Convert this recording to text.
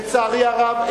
לצערי הרב,